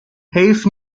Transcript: حیف